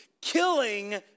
killing